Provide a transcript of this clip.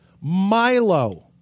Milo